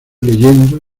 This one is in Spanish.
leyendo